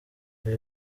ibi